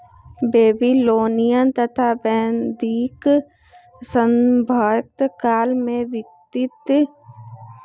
Babylonian तथा वैदिक सभ्यता काल में वित्तीय लेखांकन के चलन हलय